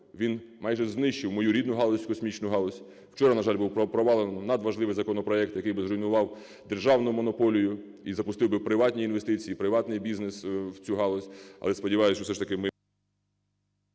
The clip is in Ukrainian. він майже знищив мою рідну галузь - космічну галузь. Вчора, на жаль, був провалений надважливий законопроект, який би зруйнував державну монополію і запустив би приватні інвестиції, приватний бізнес в цю галузь.